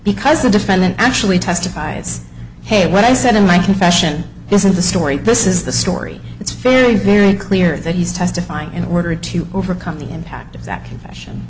because the defendant actually testified it's ok when i said in my confession this isn't the story this is the story it's very very clear that he's testifying in order to overcome the impact of that confession